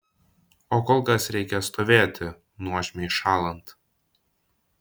o kol kas reikia stovėti nuožmiai šąlant